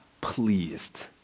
pleased